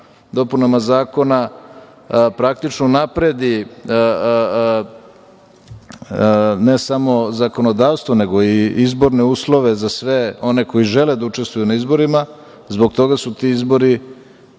dopuna zakona, praktično, unapredi, ne samo zakonodavstvo, nego i izborne uslove za sve one koji žele da učestvuju na izborima. Zbog toga su ti izbori